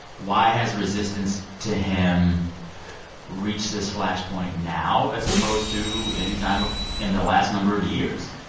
why has resistance to him reached this flashpoint now, as opposed to any time ah in the last number of years?